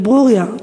לברוריה,